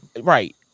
right